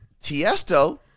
Tiesto